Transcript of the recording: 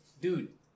Dude